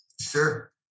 Sure